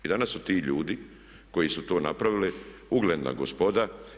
I danas su ti ljudi, koji su to napravili ugledna gospoda.